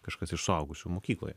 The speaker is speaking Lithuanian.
kažkas iš suaugusių mokykloje